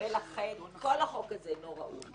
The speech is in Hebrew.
ולכן כל החוק הזה אינו ראוי,